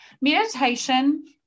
meditation